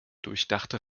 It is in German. durchdachte